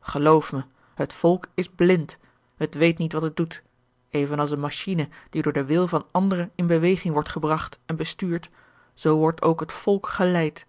geloof mij het volk is blind het weet niet wat het doet even als eene machine die door den wil van anderen in beweging wordt gebragt en bestuurd zoo wordt ook het volk geleid